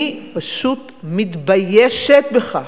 אני פשוט מתביישת בכך.